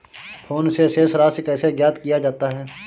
Phone से शेष राशि कैसे ज्ञात किया जाता है?